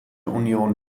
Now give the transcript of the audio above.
union